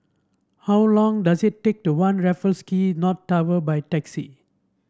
how long does it take to One Raffles Key North Tower by taxi